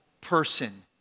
person